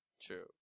True